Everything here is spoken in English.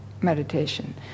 meditation